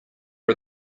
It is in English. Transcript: are